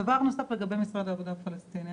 דבר נוסף, לגבי משרד העבודה הפלסטיני.